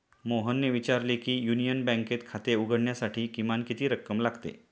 मोहनने विचारले की युनियन बँकेत खाते उघडण्यासाठी किमान किती रक्कम लागते?